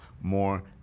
more